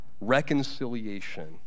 reconciliation